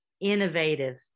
innovative